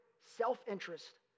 self-interest